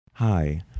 hi